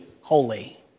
holy